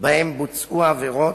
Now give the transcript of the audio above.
שבהן בוצעו העבירות,